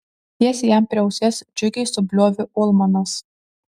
tiesiai jam prie ausies džiugiai subliovė ulmanas